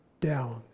down